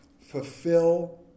Fulfill